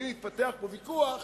ואם יתפתח פה ויכוח,